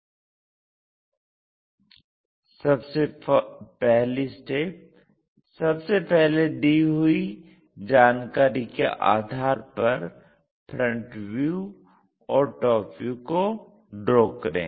1 सबसे पहले दी हुए जानकारी के आधार पर FV और TV को ड्रा करें